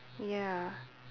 ya